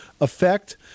effect